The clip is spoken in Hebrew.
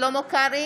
שלמה קרעי,